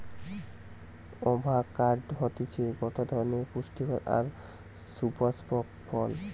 avocado হতিছে গটে ধরণের পুস্টিকর আর সুপুস্পক ফল